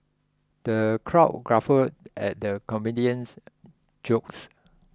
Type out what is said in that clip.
the crowd guffawed at the comedian's jokes